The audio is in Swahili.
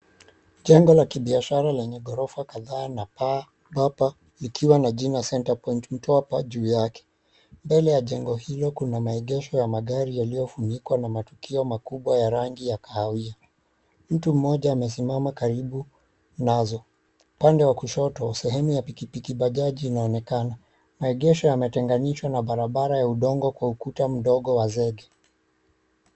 Jengo la kibiashara lenye ghorofa kadhaa na paa bapa likiwa na jina Centre Point Mtwapa juu yake. Mbele ya jengo hilo kuna maegesho ya magari yaliofunikwa na matukio makubwa ya rangi ya kahawia. Mtu mmoja amesimama karibu nazo. Updande wa kushoto, sehemu ya pikipiki bajaj inaonekana. Maegesho yametenganishwa na barabara ya udongo kwa ukuta mdogo wa zege.